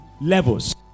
levels